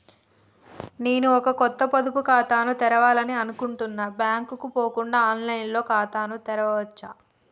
నేను ఒక కొత్త పొదుపు ఖాతాను తెరవాలని అనుకుంటున్నా బ్యాంక్ కు పోకుండా ఆన్ లైన్ లో ఖాతాను తెరవవచ్చా?